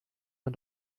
man